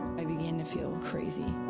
i began to feel crazy.